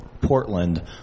Portland